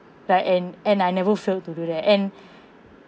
like and and I never failed to do that and